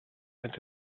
and